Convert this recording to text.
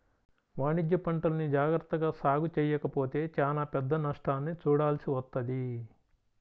వాణిజ్యపంటల్ని జాగర్తగా సాగు చెయ్యకపోతే చానా పెద్ద నష్టాన్ని చూడాల్సి వత్తది